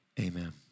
amen